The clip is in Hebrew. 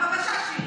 בבקשה,